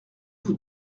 vous